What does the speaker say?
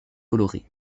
colorées